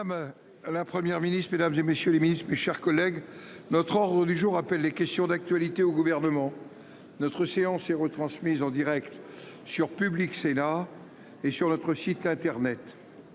Mesdames et messieurs les ministres, mes chers collègues. Notre ordre du jour appelle les questions d'actualité au gouvernement. Notre séance et retransmise en Direct sur Public Sénat et sur notre site internet.